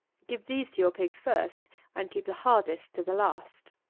give these to your pig first and keep the hardest to the last.